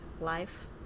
life